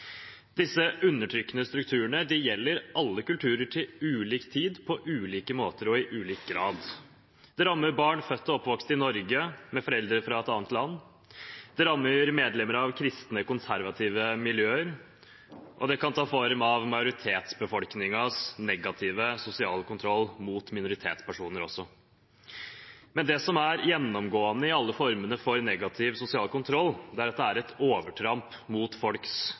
Disse undertrykkende strukturene gjelder alle kulturer, til ulik tid, på ulike måter og i ulik grad. Det rammer barn født og oppvokst i Norge med foreldre fra et annet land, det rammer medlemmer av konservative kristne miljøer, og det kan ta form av majoritetsbefolkningens negative sosiale kontroll av minoritetspersoner. Det som er gjennomgående i alle formene for negativ sosial kontroll, er at det er et overtramp mot folks